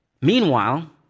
Meanwhile